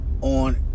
on